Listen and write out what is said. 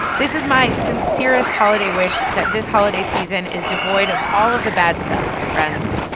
this is my sincerest holiday wish that this holiday season is devoid of all of the bad stuff, my friends